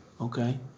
okay